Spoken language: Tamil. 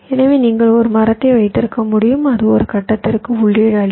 எனவே நீங்கள் ஒரு மரத்தை வைத்திருக்க முடியும் அது ஒரு கட்டத்திற்கு உள்ளீடு அளிக்கும்